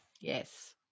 Yes